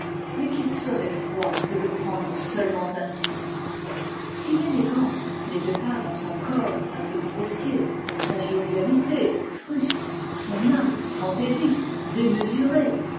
mais qu'il serait froid de le prendre seulement ainsi si l'élégance n'était pas dans son corps un peu grossier sa jovialité fruste son âme fantaisiste démesurée